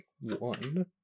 one